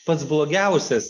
pats blogiausias